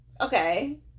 Okay